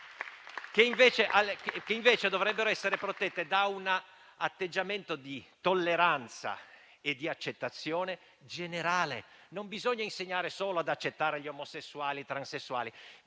che, invece, dovrebbero essere protette da un atteggiamento di tolleranza e accettazione generale. Non bisogna insegnare solo ad accettare gli omosessuali e i transessuali;